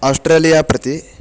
Australia प्रति